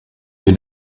you